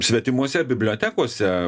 svetimose bibliotekose